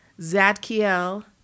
Zadkiel